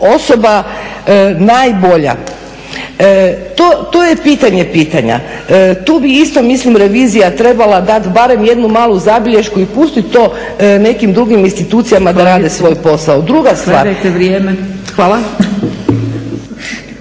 osoba najbolja. To je pitanje pitanja. Tu bi isto mislim revizija trebala dati barem jednu malu zabilješku i pustit to nekim drugim institucijama da rade svoj posao. Druga stvar…